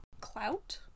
clout